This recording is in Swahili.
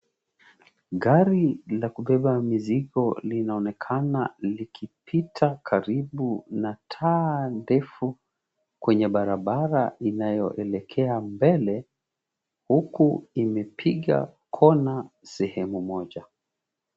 Gari la kubeba mizigo linaonekana likipita karibu na taa ndefu kwenye barabara inayoelekea mbele huku imepiga corner sehemu moja.